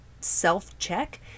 self-check